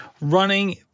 running